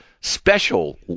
special